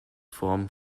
form